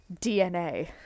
DNA